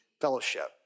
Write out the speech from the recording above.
fellowship